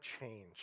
change